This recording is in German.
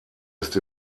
ist